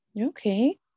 Okay